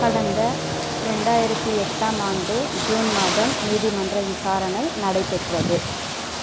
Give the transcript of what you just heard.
கடந்த ரெண்டாயிரத்து எட்டாம் ஆண்டு ஜூன் மாதம் நீதிமன்ற விசாரணை நடைபெற்றது